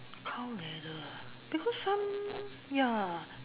cow leather ah because some ya